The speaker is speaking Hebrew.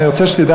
אני רוצה שתדע,